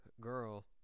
girl